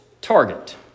target